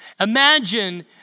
Imagine